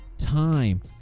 time